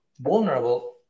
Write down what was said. vulnerable